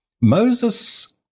Moses